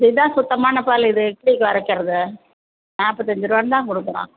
இது தான் சுத்தமான பால் இது எப்படி குறைக்கறது நாற்பத்தஞ்சு ரூபான்னு தான் கொடுக்கறோம்